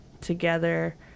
together